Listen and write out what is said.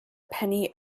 penny